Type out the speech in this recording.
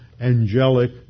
angelic